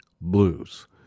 blues